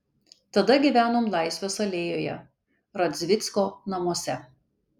tada gyvenom laisvės alėjoje radzvicko namuose